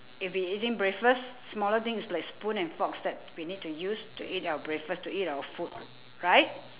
if we eating breakfast smaller things is like spoon and forks that we need to use to eat our breakfast to eat our food right